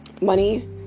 money